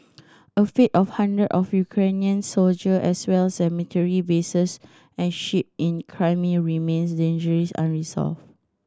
a fate of hundred of Ukrainian soldier as well as military bases and ship in Crimea remains dangerously unresolved